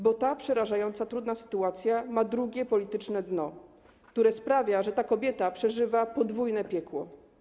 Bo ta przerażająca, trudna sytuacja ma drugie, polityczne dno, które sprawia, że ta kobieta przeżywa podwójne piekło.